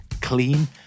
Clean